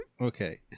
Okay